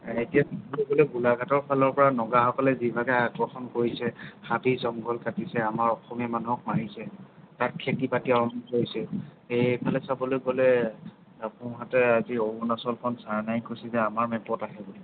এতিয়াতো এইফালে গোলাঘাটৰ ফালৰ পৰা নগাসকলে যি ভাৱে আগ্ৰসন কৰিছে হাবি জংঘল কাটিছে আমাৰ অসমীয়া মানুহক মাৰিছে তাত খেতি বাতি আৰম্ভ কৰিছে এইফালে চাবলৈ গ'লে সোঁহাতে কি অৰুণাচলখন চাইনাই কৈছে যে আমাৰ মেপত আহে বুলি